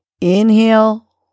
Inhale